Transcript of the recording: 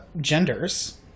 genders